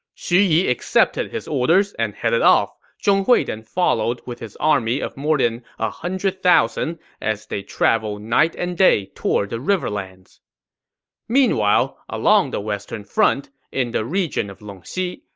xu yi accepted his orders and headed off. zhong hui then followed with his army of more than one ah hundred thousand as they traveled night and day toward the riverlands meanwhile, along the western front, in the region of longxi,